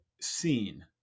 seen